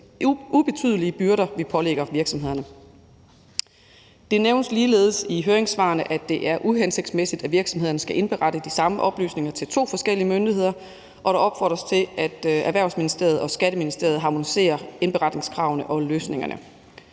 ubetydelige byrder, vi pålægger virksomhederne. Det nævnes ligeledes i høringssvarene, at det er uhensigtsmæssigt, at virksomhederne skal indberette de samme oplysninger til to forskellige myndigheder, og der opfordres til, at Erhvervsministeriet og Skatteministeriet harmoniserer indberetningskravene og løsningerne.